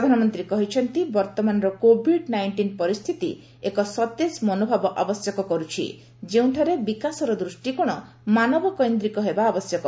ପ୍ରଧାନମନ୍ତ୍ରୀ କହିଛନ୍ତି ବର୍ତ୍ତମାନର କୋଭିଡ୍ ନାଇଷ୍ଟିନ୍ ପରିସ୍ଥିତି ଏକ ସତେଜ ମନୋଭାବ ଆବଶ୍ୟକ କରୁଛି ଯେଉଁଠାରେ ବିକାଶର ଦୃଷ୍ଟିକୋଣ ମାନବକୈନ୍ଦ୍ରିକ ହେବା ଆବଶ୍ୟକ